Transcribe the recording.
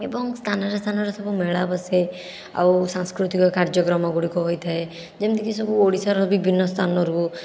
ଏବଂ ସ୍ଥାନରେ ସ୍ଥାନରେ ସବୁ ମେଳା ବସେ ଆଉ ସାଂସ୍କୃତିକ କାର୍ଯ୍ୟକ୍ରମ ଗୁଡ଼ିକ ହୋଇଥାଏ ଯେମିତିକି ସବୁ ଓଡ଼ିଶାର ବିଭିନ୍ନ ସ୍ଥାନରୁ